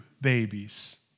babies